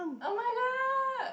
[oh]-my-god